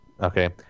Okay